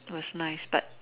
was nice but